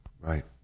Right